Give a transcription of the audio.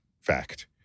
fact